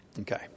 Okay